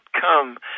come